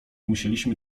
musieliśmy